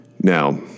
Now